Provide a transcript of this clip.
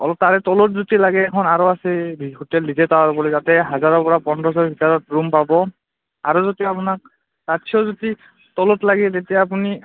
অলপ তাৰে তলত যদি লাগে এখন আৰু আছে হোটেল ডি জে টাৱাৰ বুলি তাতে হাজাৰৰপৰা পোন্ধৰশৰ ভিতাৰৰত ৰূম পাব আৰু যদি আপোনাক তাতছেও যদি তলত লাগে তেতিয়া আপুনি